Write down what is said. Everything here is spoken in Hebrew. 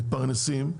מתפרנסים,